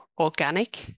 organic